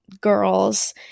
girls